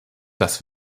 das